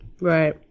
Right